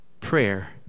prayer